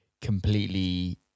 completely –